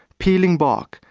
peeling bark,